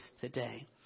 today